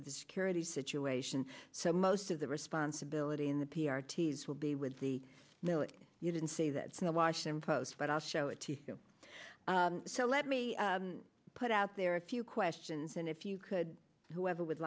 of the security situation so most of the responsibility in the p r ts will be with the know it you didn't see that snow washington post but i'll show it to through so let me put out there a few questions and if you could whoever would